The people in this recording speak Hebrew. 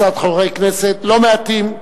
מצד חברי כנסת לא מעטים,